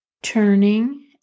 turning